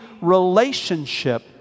relationship